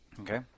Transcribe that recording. Okay